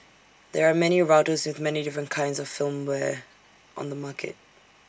there are many routers with many different kinds of firmware on the market